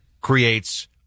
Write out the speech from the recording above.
creates